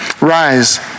Rise